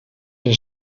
zijn